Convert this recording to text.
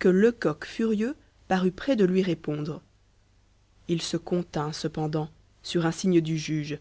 que lecoq furieux parut près de lui répondre il se contint cependant sur un signe du juge